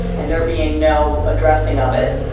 and there being no addressing of it,